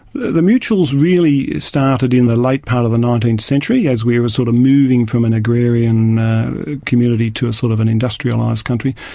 the mutuals really started in the late part of the nineteenth century, as we were sort of moving from an agrarian community to a sort of an industrialised country.